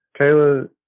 Kayla